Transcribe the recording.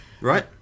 Right